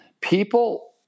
people